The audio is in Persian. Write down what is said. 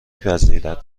پذیرد